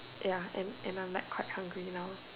ya and and I am like quite hungry now